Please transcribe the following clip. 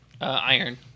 Iron